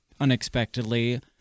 unexpectedly